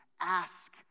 ask